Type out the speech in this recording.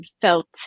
felt